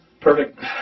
Perfect